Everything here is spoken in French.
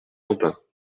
quentin